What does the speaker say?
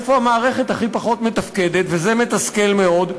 איפה המערכת הכי פחות מתפקדת, וזה מתסכל מאוד?